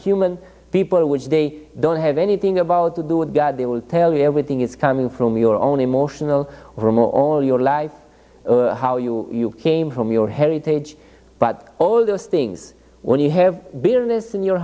human people which they don't have anything about to do with god they will tell you everything is coming from your own emotional room all your life how you came from your heritage but all those things when you have business in your